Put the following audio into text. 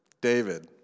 David